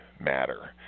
matter